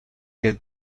que